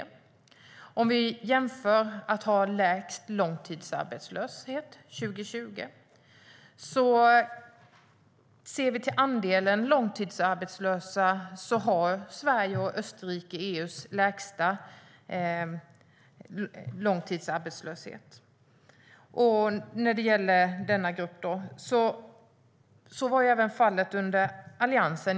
Vi kan göra en jämförelse med att nå målet lägst långtidsarbetslöshet till 2020. Andelen långtidsarbetslösa är lägst i Sverige och Österrike, och så var även fallet under Alliansens regeringstid.